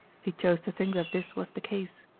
he chose to think that this was the case.